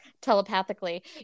telepathically